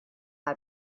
how